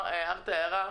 הערה: